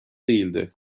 değildi